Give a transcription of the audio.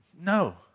No